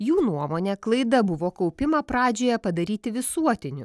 jų nuomone klaida buvo kaupimą pradžioje padaryti visuotiniu